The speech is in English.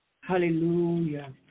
Hallelujah